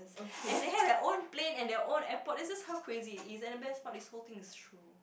and they have their own plane and their own airport that's just how crazy it is and the best part is whole thing is true